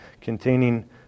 containing